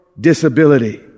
disability